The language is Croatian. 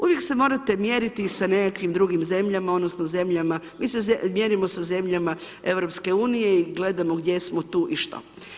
Uvijek se morate mjeriti sa nekakvim drugim zemljama, odnosno zemljama, mi se mjerimo sa zemljama EU i gledamo gdje smo tu i što.